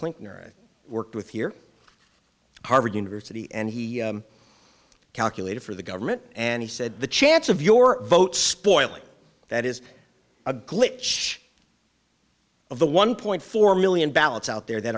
clinton or it worked with here harvard university and he calculated for the government and he said the chance of your vote spoiling that is a glitch of the one point four million ballots out there that